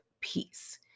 peace